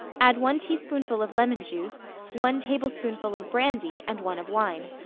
add one teaspoonful of lemon-juice, one tablespoonful of brandy and one of wine.